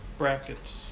brackets